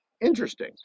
interesting